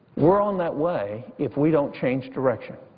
we're on that way if we don't change direction.